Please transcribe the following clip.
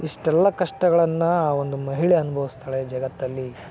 ಇಷ್ಟೆಲ್ಲ ಕಷ್ಟಗಳನ್ನು ಆ ಒಂದು ಮಹಿಳೆ ಅನುಭವಿಸ್ತಾಳೆ ಈ ಜಗತ್ತಲ್ಲಿ